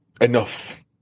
enough